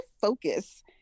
focus